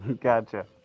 Gotcha